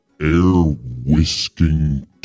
air-whisking